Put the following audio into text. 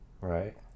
Right